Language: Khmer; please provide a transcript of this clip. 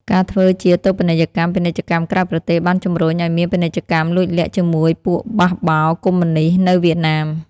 ការធ្វើជាតូបនីយកម្មពាណិជ្ជកម្មក្រៅប្រទេស បានជំរុញឲ្យមានពាណិជ្ជកម្មលួចលាក់ជាមួយពួកបេះបោរកុម្មុយនីស្តនៅវៀតណាម។